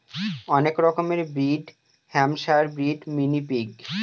অনেক রকমের breed Hampshire breed, mini pig